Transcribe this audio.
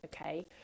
okay